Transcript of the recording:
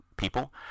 people